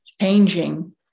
changing